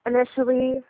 initially